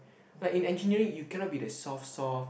like in engineer you cannot be the soft soft